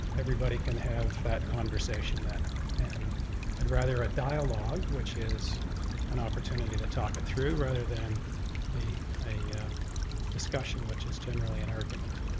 everybody can have that conversation then and i'd rather a dialogue which is an opportunity to talk it through rather than a a discussion which is generally an argument.